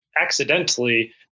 accidentally